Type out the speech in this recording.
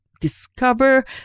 discover